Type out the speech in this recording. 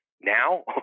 Now